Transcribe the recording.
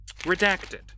Redacted